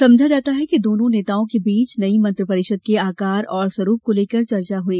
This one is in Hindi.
समझा जाता है कि दोनों नेताओं के बीच नई मंत्रिपरिषद के आकार और स्वरूप को लेकर चर्चा हई